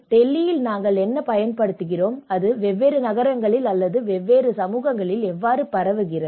டெல்லியில் நாங்கள் என்ன பயன்படுத்துகிறோம் அது வெவ்வேறு நகரங்கள் அல்லது வெவ்வேறு சமூகங்களுக்கு எவ்வாறு பரவுகிறது